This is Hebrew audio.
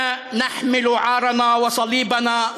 והצער נֶחְרָצוֹת / עד מתי נמשיך לשאת הבושה והצלב שלנו?